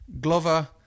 Glover